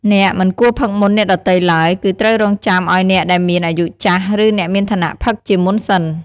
អ្នកមិនគួរផឹកមុនអ្នកដទៃឡើយ គឺត្រូវរងចាំឲ្យអ្នកដែមមានអាយុចាស់ ឬអ្នកមានឋានៈផឹកជាមុនសិន។